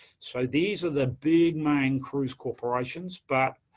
so, these are the big main cruise corporations but